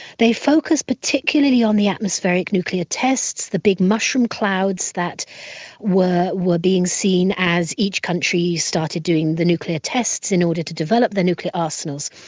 they focused particularly on the atmospheric nuclear tests, the big mushroom clouds that were were being seen as each country started doing the nuclear tests in order to develop their nuclear arsenals,